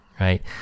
right